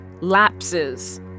lapses